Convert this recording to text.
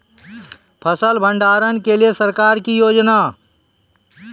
फसल भंडारण के लिए सरकार की योजना?